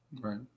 Right